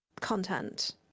content